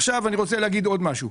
עכשיו אני רוצה להגיד עוד משהו.